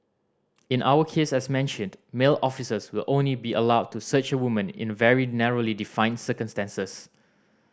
in our case as mentioned male officers will only be allowed to search a woman in very narrowly defined circumstances